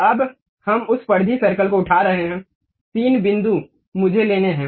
अब हम उस परिधि सर्कल को उठा रहे हैं तीन बिंदु मुझे लेने हैं